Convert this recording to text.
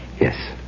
Yes